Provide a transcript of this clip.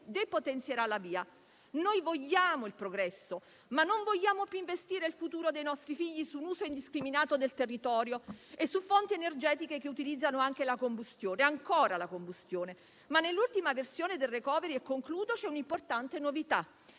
ambientale (VIA). Noi vogliamo il progresso, ma non vogliamo più investire il futuro dei nostri figli su un uso indiscriminato del territorio e su fonti energetiche che utilizzano ancora la combustione. Nell'ultima versione del *recovery* c'è un'importante novità